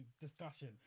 discussion